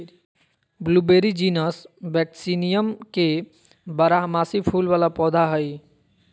blueberry genus vaccinium के बारहमासी फूल वला पौधा हइ